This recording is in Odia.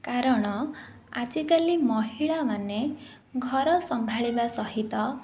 କାରଣ ଆଜିକାଲି ମହିଳାମାନେ ଘର ସମ୍ଭାଳିବା ସହିତ